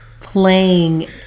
playing